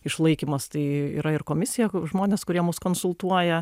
išlaikymas tai yra ir komisija ku žmonės kurie mus konsultuoja